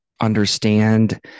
understand